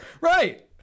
Right